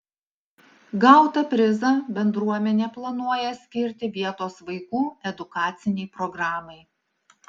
gautą prizą bendruomenė planuoja skirti vietos vaikų edukacinei programai